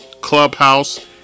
Clubhouse